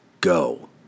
Go